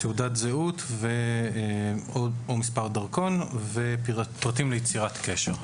לתעודת זהות או מספר דרכון, ופרטים ליצירת קשר.